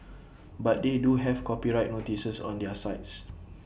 but they do have copyright notices on their sites